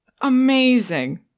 Amazing